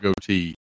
goatee